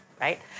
right